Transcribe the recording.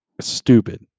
stupid